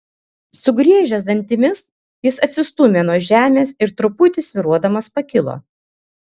sugriežęs dantimis jis atsistūmė nuo žemės ir truputį svyruodamas pakilo